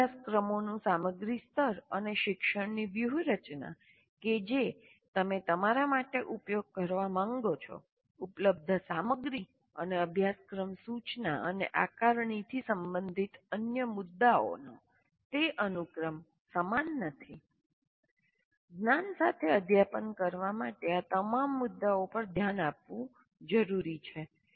બધા અભ્યાસક્રમોનું સામગ્રી સ્તર અને શિક્ષણની વ્યૂહરચના કે જે તમે તમારા માટે ઉપયોગ કરવા માંગો છો ઉપલબ્ધ સામગ્રી અને અભ્યાસક્રમ સૂચના અને આકારણીથી સંબંધિત અન્ય મુદ્દાઓનો તે અનુક્રમ સમાન નથી જ્ઞાન સાથે અધ્યાપન કરવા માટે આ તમામ મુદ્દાઓ પર ધ્યાન આપવું જરૂરી છે